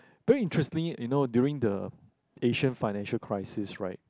very interesting you know during the Asian financial crisis right